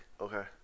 Okay